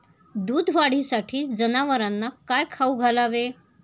दूध वाढीसाठी जनावरांना काय खाऊ घालावे?